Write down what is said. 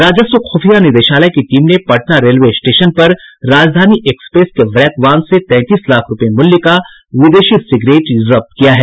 राजस्व खुफिया निदेशालय की टीम ने पटना रेलवे स्टेशन पर राजधानी एक्सप्रेस के ब्रैकवान से तैंतीस लाख रूपये मूल्य का विदेशी सिगरेट जब्त किया है